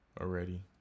already